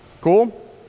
Cool